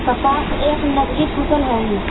कपास एक नगदी फसल हई